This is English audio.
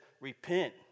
repent